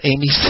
Amy